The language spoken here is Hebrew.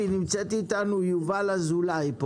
נמצאת אתנו יובל אזולאי,